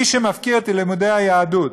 מי שמפקיר את לימודי היהדות